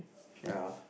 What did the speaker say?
ya